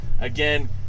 Again